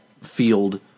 field